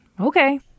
okay